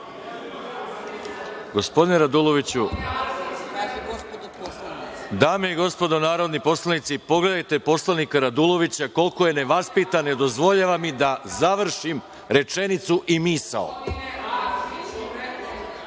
Gospodine Arsiću, replika.)Dame i gospodo narodni poslanici, pogledajte poslanika Radulovića koliko je nevaspitan i ne dozvoljava mi da završim rečenicu i misao.(Saša